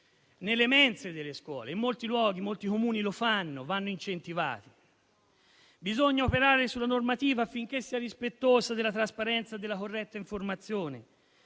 nelle mense delle scuole, come avviene in molti Comuni, che vanno incentivati; bisogna operare sulla normativa, affinché sia rispettosa della trasparenza e della corretta informazione;